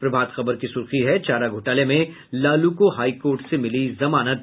प्रभात खबर की सुर्खी है चारा घोटाले में लालू को हाई कोर्ट से मिली जमानत